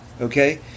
Okay